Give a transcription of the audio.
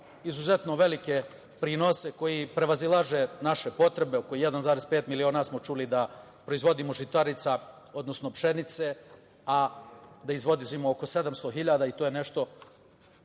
izuzetno velike prinose, koji prevazilaze naše potrebe, oko 1,5 miliona smo čuli da proizvodimo žitarica, odnosno pšenice, a da izvozimo oko 700 hiljada i to je nešto